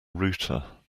router